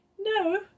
no